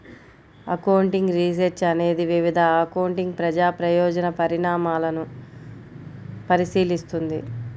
accounting research అనేది వివిధ accounting ప్రజా ప్రయోజన పరిణామాలను పరిశీలిస్తుంది